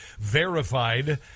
verified